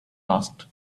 asked